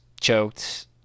choked